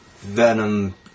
Venom